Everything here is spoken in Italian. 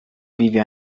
vive